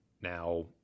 Now